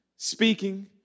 Speaking